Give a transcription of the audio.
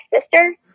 sister